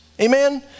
amen